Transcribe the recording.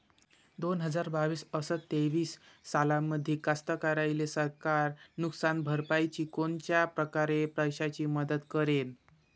दोन हजार बावीस अस तेवीस सालामंदी कास्तकाराइले सरकार नुकसान भरपाईची कोनच्या परकारे पैशाची मदत करेन?